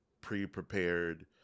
pre-prepared